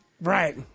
Right